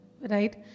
right